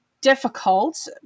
difficult